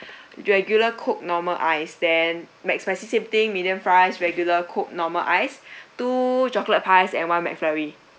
regular coke normal ice then McSpicy same thing medium fries regular coke normal ice two chocolate pies and one Mcflurry